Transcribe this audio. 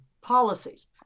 policies